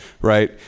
right